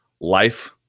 Life